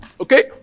Okay